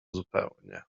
zupełnie